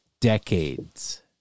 decades